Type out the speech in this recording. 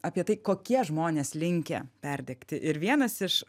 apie tai kokie žmonės linkę perdegti ir vienas iš